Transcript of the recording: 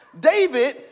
David